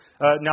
Now